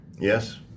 yes